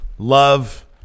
Love